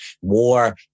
War